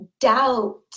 doubt